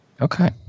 Okay